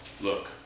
Look